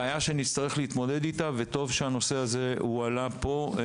זו בעיה שנצטרך להתמודד איתה וטוב שהנושא הזה הועלה פה.